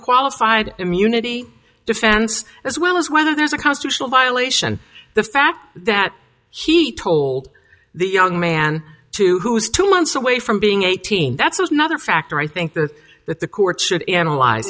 qualified immunity defense as well as whether there's a constitutional violation the fact that he told the young man to who is two months away from being eighteen that's another factor i think that that the court should analyze